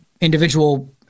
individual